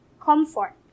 comfort